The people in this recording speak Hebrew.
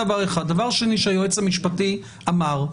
דבר שני שהיועץ המשפטי אמר,